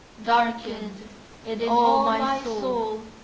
darkened in all my soul,